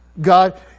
God